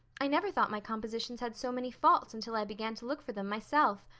i never thought my compositions had so many faults until i began to look for them myself.